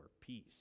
Peace